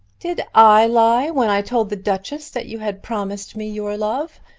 did i lie when i told the duchess that you had promised me your love?